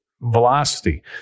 velocity